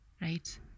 right